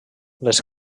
les